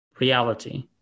Reality